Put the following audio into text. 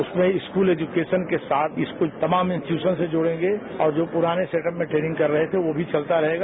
उसमें school education के साथ इसको तमाम इस्टीट्यशन से जोडेंगे और जो पुराने सेटअप में ट्रेनिंग कर रहे थे वह भी चलता रहेगा